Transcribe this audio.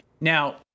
Now